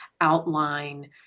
outline